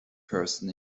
person